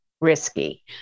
risky